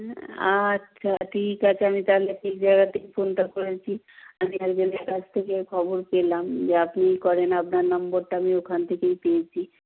আচ্ছা ঠিক আছে আমি তাহলে ঠিক জায়গাতেই ফোনটা করেছি আমি একজনের কাছ থেকে খবর পেলাম যে আপনি করেন আপনার নম্বরটা আমি ওখান থেকেই পেয়েছি